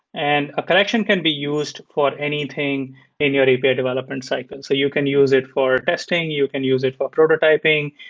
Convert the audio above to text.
and a collection can be used for anything in your api but development cycle. so you can use it for testing. you can use it for prototyping.